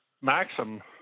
Maxim